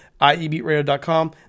IEBeatRadio.com